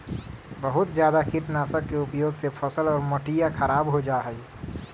बहुत जादा कीटनाशक के उपयोग से फसल और मटिया खराब हो जाहई